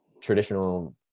traditional